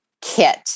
kit